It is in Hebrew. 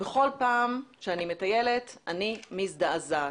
ובכל פעם שאני מטיילת אני מזדעזעת.